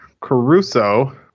Caruso